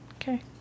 Okay